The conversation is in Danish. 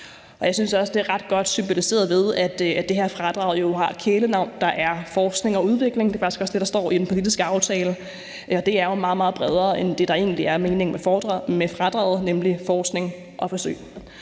Jeg synes også, det er ret godt symboliseret ved, at det her fradrag jo har et kælenavn, der er forskning og udvikling, og det er også det, der står i den politiske aftale. Og det er jo meget, meget bredere end det, der egentlig er meningen med fradraget, nemlig forskning og forsøg.